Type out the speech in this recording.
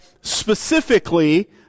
specifically